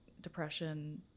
depression